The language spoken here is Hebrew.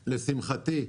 לשמחתי,